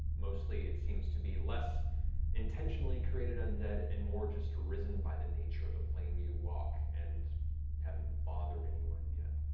mostly it seems to be less intentionally created undead, and more just risen by the nature of the plane you walk, and haven't bothered anyone yet,